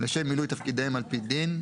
לשם מילוי תפקידיהם על פי דין,